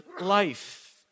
life